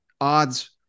odds